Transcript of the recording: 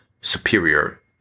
superior